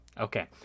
Okay